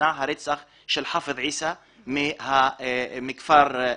נמנע הרצח של חאפז עיסא מכפר נאחף.